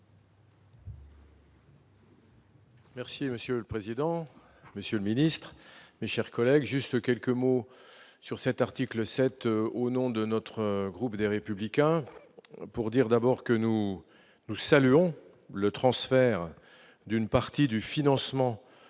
Merci monsieur le président, Monsieur le Ministre, mes chers collègues, juste quelques mots sur cet article 7 au nom de notre groupe des Républicains pour dire d'abord que nous nous saluons le transfert d'une partie du financement